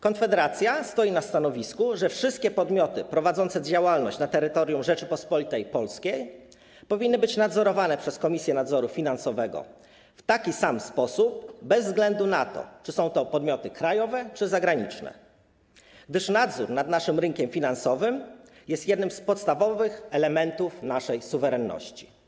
Konfederacja stoi na stanowisku, że wszystkie podmioty prowadzące działalność na terytorium Rzeczypospolitej Polskiej powinny być nadzorowane przez Komisję Nadzoru Finansowego w taki sam sposób, bez względu na to, czy są to podmioty krajowe czy zagraniczne, gdyż nadzór nad naszym rynkiem finansowym jest jednym z podstawowych elementów naszej suwerenności.